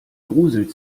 gruselt